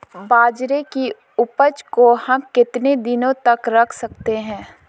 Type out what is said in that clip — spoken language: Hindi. बाजरे की उपज को हम कितने दिनों तक रख सकते हैं?